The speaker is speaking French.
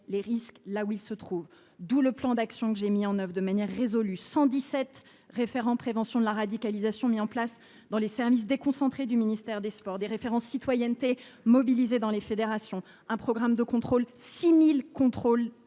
les risques là où ils se trouvent. D’où le plan d’action que j’ai mis en œuvre de manière résolue : 117 référents pour la prévention de la radicalisation déployés dans les services déconcentrés du ministère des sports, des référents citoyenneté mobilisés dans les fédérations, 6 000 contrôles